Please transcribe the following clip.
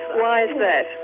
why's that?